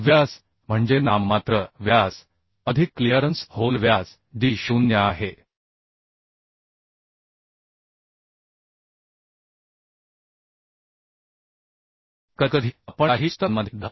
व्यास म्हणजे नाममात्र व्यास अधिक क्लिअरन्स होल व्यास d0 आहे कधीकधी आपण काही पुस्तकांमध्ये dh